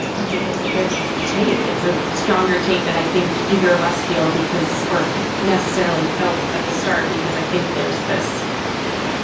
i think it's a good take. it's a stronger take than i think either of us feel because or necessarily felt at the start, because i think there's this like,